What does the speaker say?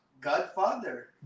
Godfather